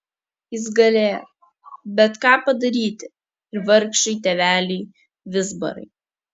jis galėjo bet ką padaryti ir vargšui tėveliui vizbarai